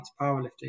powerlifting